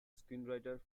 screenwriter